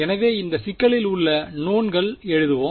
எனவே இந்த சிக்கலில் உள்ள நோவ்ன்களை எழுதுவோம்